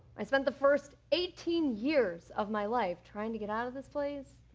i spent the first eighteen years of my life trying to get out of this place